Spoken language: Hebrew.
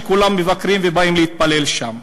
שכולם מבקרים ובאים להתפלל שם.